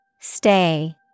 Stay